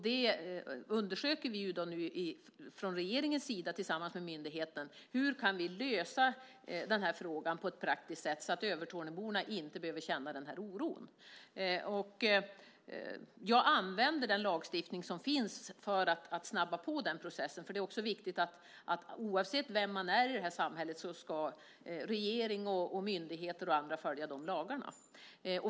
Det undersöker vi nu från regeringens sida tillsammans med myndigheten: Hur kan vi lösa den här frågan på ett praktiskt sätt så att Övertorneåborna inte behöver känna den här oron? Jag använder den lagstiftning som finns för att snabba på den processen, för det är också viktigt att oavsett vem man är i det här samhället ska regering, myndigheter och andra följa lagarna.